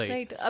Right